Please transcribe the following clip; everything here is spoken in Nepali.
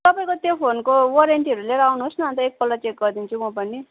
तपाईँको त्यो फोनको वारन्टीहरू लिएर आउनुहोस् न अन्त एकपल्ट चेक गरिदिन्छु म पनि